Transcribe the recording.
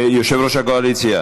יושב-ראש הקואליציה,